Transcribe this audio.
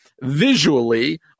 visually